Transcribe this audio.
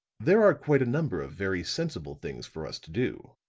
there are quite a number of very sensible things for us to do,